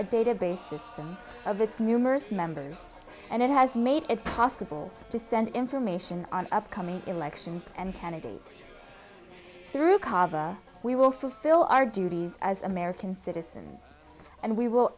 a database system of its numerous members and it has made it possible to send information on upcoming elections and candidates through cava we will fulfill our duties as american citizens and we will